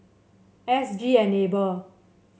S G Enable